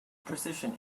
precision